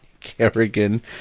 Kerrigan